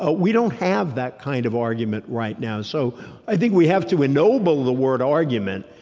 ah we don't have that kind of argument right now, so i think we have to ennoble the word argument,